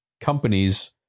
companies